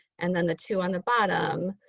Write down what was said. and then the two on the bottom.